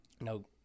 no